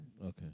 Okay